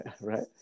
right